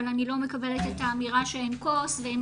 אבל אני לא מקבלת את האמירה שאין כוס ואין